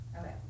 Okay